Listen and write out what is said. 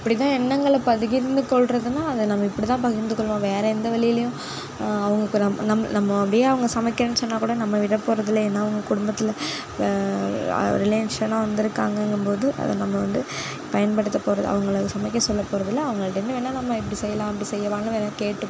இப்படிதான் எண்ணங்களை பகிர்ந்து கொள்றதுனா அதை நம்ம இப்படிதான் பகிர்ந்து கொள்வோம் வேறு எந்த வழியிலையும் அவங்களுக்கு நம் நம்ம அப்படியே அவங்க சமைக்கிறன்னு சொன்னா கூட நம்ம விட போறதில்லை ஏன்னா அவங்க குடும்பத்தில் ரிலேஷனாக வந்து இருக்காங்கங்கும்போது அதை நம்ப வந்து பயன்படுத்த போகிற அவங்களை சமைக்க சொல்ல போறதில்லை அவங்கள்டேந்து வேணா நம்ம இப்படி செய்யலாம் அப்படி செய்யலான்னு வேணா கேட்டுப்போம்